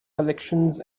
collections